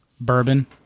bourbon